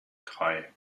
drei